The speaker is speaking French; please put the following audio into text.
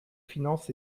finances